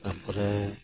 ᱛᱟ ᱯᱚᱨᱮ